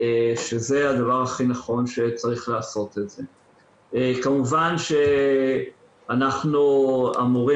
אז לא יהיו מורים, וכנראה שההסכמה תהיה שהמורים